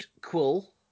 quill